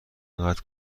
قطع